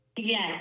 Yes